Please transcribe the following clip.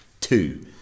two